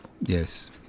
Yes